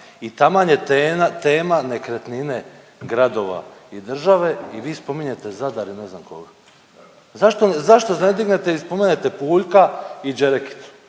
i taman je tema nekretnine gradova i države i vi spominjete Zadar i ne znam koga. Zašto, zašto se ne dignete i spomenete Puljka i Đerekicu